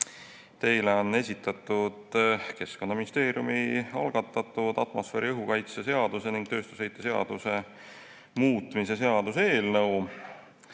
Teile on esitatud Keskkonnaministeeriumi algatatud atmosfääriõhu kaitse seaduse ja tööstusheite seaduse muutmise seaduse eelnõu.